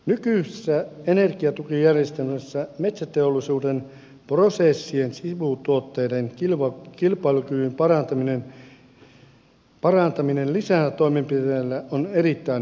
nykyisessä energiatukijärjestelmässä metsäteollisuuden prosessien sivutuotteiden kilpailukyvyn parantaminen lisätoimenpiteillä on erittäin hankalaa